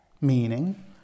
meaning